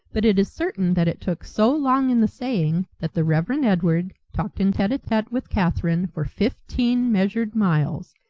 but it is certain that it took so long in the saying that the reverend edward talked in tete-a-tete with catherine for fifteen measured miles,